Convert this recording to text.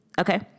Okay